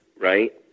Right